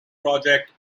project